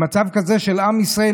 במצב כזה של עם ישראל,